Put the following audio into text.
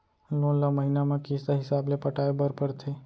loan ल महिना म किस्त हिसाब ले पटाए बर परथे